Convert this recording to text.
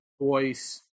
voice